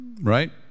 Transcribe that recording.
Right